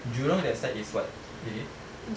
jurong that side is what area